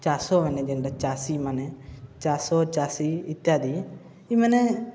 ଚାଷମାନେ ଯେନ୍ତା ଚାଷୀମାନେ ଚାଷ ଚାଷୀ ଇତ୍ୟାଦି ଏମାନେ